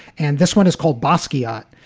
and this one is called bosky art.